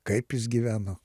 kaip jis gyveno